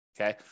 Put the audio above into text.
okay